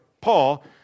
Paul